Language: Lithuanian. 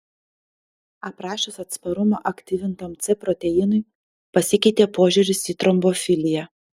aprašius atsparumą aktyvintam c proteinui pasikeitė požiūris į trombofiliją